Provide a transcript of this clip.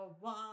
one